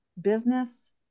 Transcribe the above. business